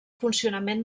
funcionament